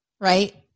right